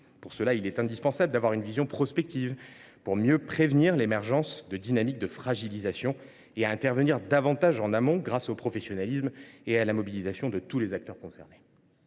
Pour cela, il est indispensable d’avoir une vision prospective afin de mieux prévenir l’émergence de dynamiques de fragilisation et d’intervenir plus tôt grâce au professionnalisme et à la mobilisation de tous les acteurs concernés.